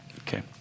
Okay